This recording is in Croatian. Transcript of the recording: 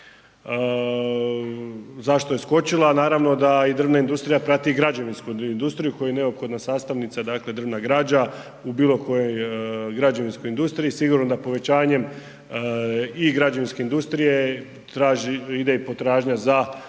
zašto je skočila, naravno da i drvna industrija prati građevinsku industriju koja je neophodna sastavnica, dakle drvna građa u bilo kojoj građevinskoj industriji. Sigurno da povećanjem i građevinske industrije ide i potražnja za